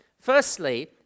Firstly